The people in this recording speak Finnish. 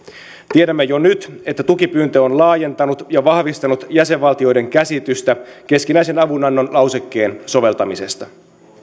tiedämme jo nyt että tukipyyntö on laajentanut ja vahvistanut jäsenvaltioiden käsitystä keskinäisen avunannon lausekkeen soveltamisesta